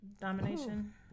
domination